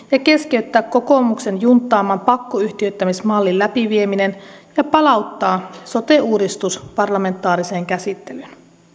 keskeyttää kokoomuksen junttaaman pakkoyhtiöittämismallin läpivieminen ja palauttaa sote uudistus parlamentaariseen käsittelyyn